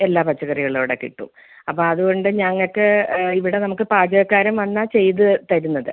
എല്ലാ പച്ചക്കറികളും അവിടെ കിട്ടും അപ്പം അതുകൊണ്ട് ഞങ്ങൾക്ക് ഇവിടെ നമുക്ക് പാചകക്കാരൻ വന്നാണ് ചെയ്ത് തരുന്നത്